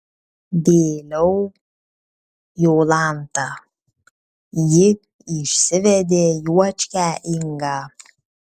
vėliau jolanta ji išsivedė juočkę ingą